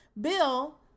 Bill